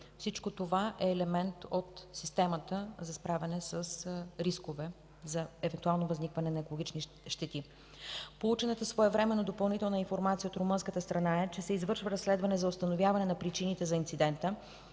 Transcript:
Всичко това е елемент от системата за справяне с рискове за евентуално възникване на екологични щети. Получената своевременно допълнителна информация от румънската страна е, че се извършва разследване за установяване на причините за инцидента,